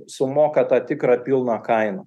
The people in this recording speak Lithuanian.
sumoka tą tikrą pilną kainą